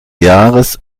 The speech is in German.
jahres